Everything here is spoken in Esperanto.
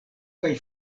kaj